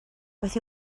beth